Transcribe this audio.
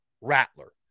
Rattler